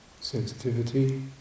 sensitivity